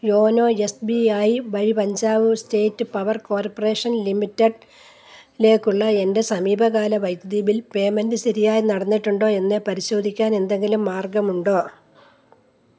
YONO S B I വഴിപഞ്ചാബ് state power corporation limited ലേക്കുള്ള എൻ്റെ സമീപകാല വൈദ്യുതി ബിൽ പേയ്മെൻറ്റ് ശരിയായി നടന്നിട്ടുണ്ടോ എന്ന് പരിശോധിക്കാൻ എന്തെങ്കിലും മാർഗമുണ്ടോ